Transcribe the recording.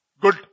good